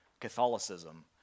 Catholicism